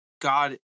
god